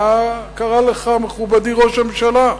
מה קרה לך, מכובדי ראש הממשלה?